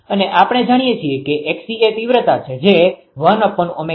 અને આપણે જાણીએ છીએ કે 𝑋𝐶 એ તીવ્રતા છે જે 1𝜔𝐶 છે અને તે 307